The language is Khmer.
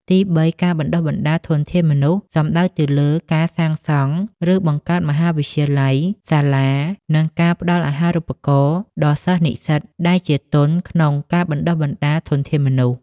ទីបី ការបណ្ដុះបណ្ដាលធនធានមនុស្ស សំដៅទៅលើ ការសាងសង់ឬបង្កើតមហាវិទ្យាល័យ សាលា និងការផ្តល់អាហារូបករណ៍ដល់សិស្សនិស្សិតដែលជាទុនក្នុងការបណ្តុះធនធានមនុស្ស។